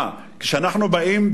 כשאנחנו באים,